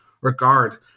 regard